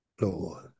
Lord